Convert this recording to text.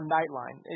Nightline